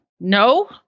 no